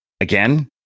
again